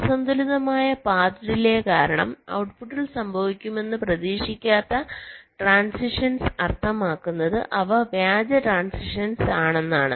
അസന്തുലിതമായ path delay കാരണം ഔട്ട്പുട്ടിൽ സംഭവിക്കുമെന്ന് പ്രതീക്ഷിക്കാത്ത ട്രാൻസിഷൻസ് അർത്ഥമാക്കുന്നത് അവ വ്യാജ ട്രാൻസിഷൻസ് ആണെന്നാണ്